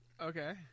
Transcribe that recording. okay